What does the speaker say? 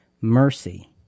mercy